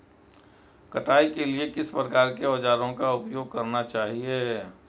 कटाई के लिए किस प्रकार के औज़ारों का उपयोग करना चाहिए?